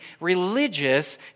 religious